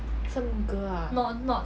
some girl ah